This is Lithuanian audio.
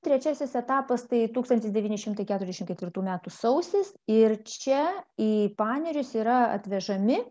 trečiasis etapas tai tūkstantis devyni šimtai keturiasdešim ketvirtų metų sausis ir čia į panerius yra atvežami